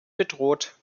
bedroht